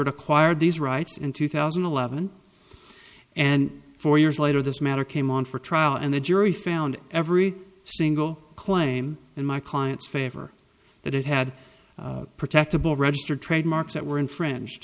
it acquired these rights in two thousand and eleven and four years later this matter came on for trial and the jury found every single claim in my client's favor that it had protectable registered trademark that were infringed